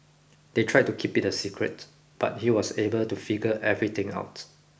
they tried to keep it a secret but he was able to figure everything out